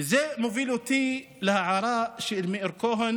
וזה מוביל אותי להערה של מאיר כהן